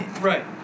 Right